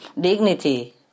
dignity